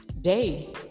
Day